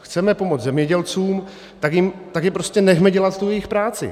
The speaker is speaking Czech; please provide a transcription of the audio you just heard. Chceme pomoct zemědělcům, tak je prostě nechme dělat tu jejich práci.